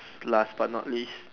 last but not least